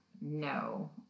no